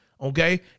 Okay